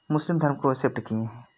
मुस्लिम धर्म को एक्सेप्ट किए हैं